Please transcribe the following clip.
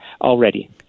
already